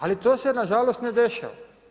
Ali to se nažalost ne dešava.